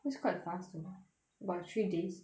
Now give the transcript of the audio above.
that's quite fast but three days